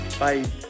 bye